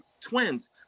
twins